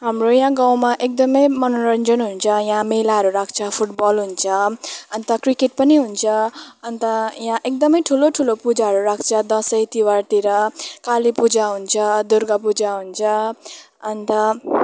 हाम्रो यहाँ गाउँमा एकदमै मनोरञ्जन हुन्छ यहाँ मेलाहरू लाग्छ फुटबल हुन्छ अन्त क्रिकेट पनि हुन्छ अन्त यहाँ एकदमै ठुलो ठुलो पूजाहरू लाग्छ दसैँ तिहारतिर काली पूजा हुन्छ दुर्गा पूजा हुन्छ अन्त